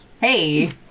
Hey